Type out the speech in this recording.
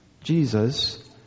Jesus